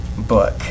book